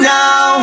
now